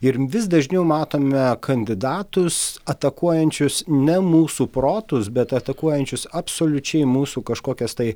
ir vis dažniau matome kandidatus atakuojančius ne mūsų protus bet atakuojančius absoliučiai mūsų kažkokias tai